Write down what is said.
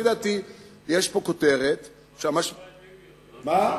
לפי דעתי יש פה כותרת, שהמשמעות,